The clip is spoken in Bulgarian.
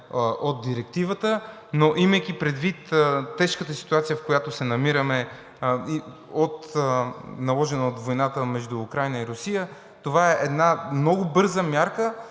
от Директивата. Имайки предвид тежката ситуация, в която се намираме, наложена от войната между Украйна и Русия, това е много бърза мярка,